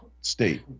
state